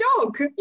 dog